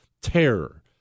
terror